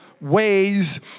ways